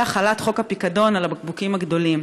החלת חוק הפיקדון על הבקבוקים הגדולים,